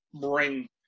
bring